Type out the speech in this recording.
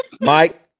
mike